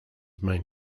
main